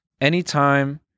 anytime